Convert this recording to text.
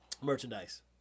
merchandise